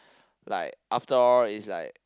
like after all its like